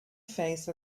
face